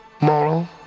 moral